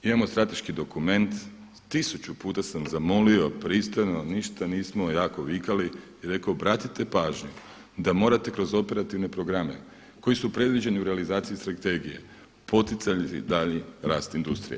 Imao strateški dokument, tisuću puta sam zamolio pristojno, ništa nismo jako vikali i rekao obratite pažnju da morate kroz operativne programe koji su predviđeni u realizaciji strategije poticati daljnji rast industrije.